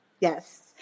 Yes